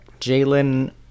Jalen